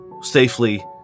safely